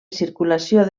circulació